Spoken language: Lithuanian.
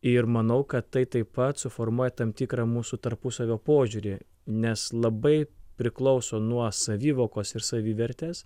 ir manau kad tai taip pat suformuoja tam tikrą mūsų tarpusavio požiūrį nes labai priklauso nuo savivokos ir savivertės